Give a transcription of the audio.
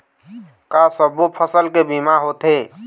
का सब्बो फसल के बीमा होथे?